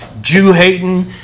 Jew-hating